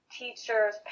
teachers